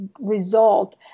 result